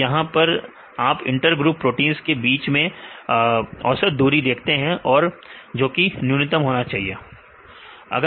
तो यहां पर आपइंटर ग्रुप प्रोटींस के बीच में औसत दूरी देखते हैं और यह न्यूनतम होना चाहिए